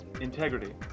Integrity